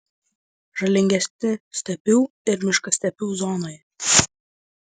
žalingesni stepių ir miškastepių zonoje